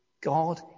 God